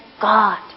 God